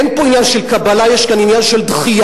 אין פה עניין של קבלה, יש כאן עניין של דחייה.